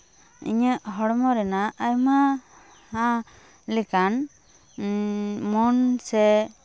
ᱤᱧᱟᱹᱜ ᱦᱚᱲᱢᱚ ᱨᱮᱱᱟᱜ ᱟᱭᱢᱟ ᱞᱮᱠᱟᱱ ᱢᱚᱱ ᱥᱮ